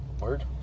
Word